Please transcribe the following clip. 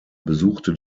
besuchte